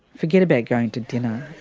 forget about going to dinner,